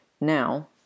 Now